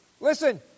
Listen